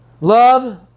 love